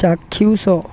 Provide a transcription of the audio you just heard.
ଚାକ୍ଷୁଷ